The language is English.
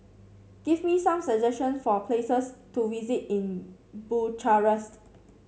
give me some suggestions for places to visit in Bucharest